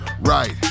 Right